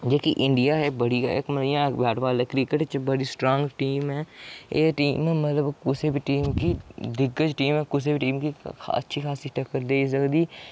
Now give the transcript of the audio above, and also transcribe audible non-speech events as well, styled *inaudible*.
जेह्की इंडिया ऐ एह् बड़ी गै इक *unintelligible* क्रिकेट च बड़ी स्ट्रांग टीम ऐ एह् टीम मतलब कुसै बी टीम गी दिग्गज टीम कुसै बी टीम गी अच्छी खासी टक्कर देई सकदी